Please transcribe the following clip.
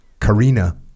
Karina